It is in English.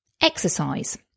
exercise